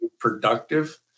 productive